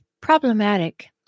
problematic